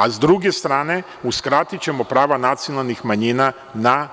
A s druge strane, uskratićemo prava nacionalnih manjina na